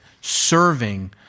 serving